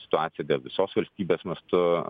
situaciją vėl visos valstybės mastu